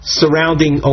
surrounding